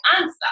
answer